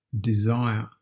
desire